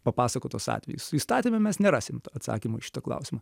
papasakotas atvejis įstatyme mes nerasim to atsakymo į šitą klausimą